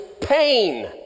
pain